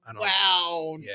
Wow